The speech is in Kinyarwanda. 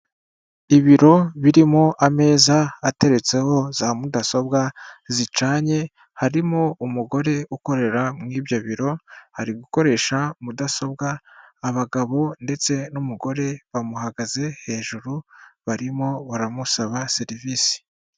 Ibiro birimo ameza ateretseho za mudasobwa zicanye harimo umugore ukorera muri ibyo biro ari gukoresha mudasobwa, abagabo ndetse n'umugore bamuhagaze hejuru barimo baramusaba serivisi.